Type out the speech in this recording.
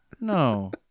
no